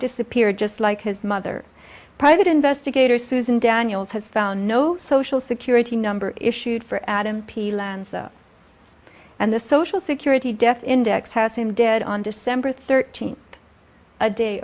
disappeared just like his mother private investigators susan daniels has found no social security number issued for adam p lanza and the social security death index has him dead on december thirteenth a day